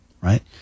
right